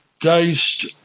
diced